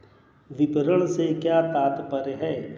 विपणन से क्या तात्पर्य है?